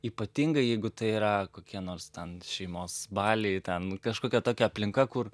ypatingai jeigu tai yra kokie nors ten šeimos baliai ten kažkokia tokia aplinka kur